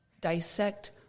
dissect